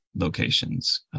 locations